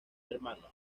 hnos